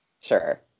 Sure